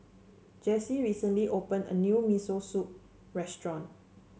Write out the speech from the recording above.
Jessy recently opened a new Miso Soup restaurant